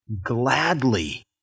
gladly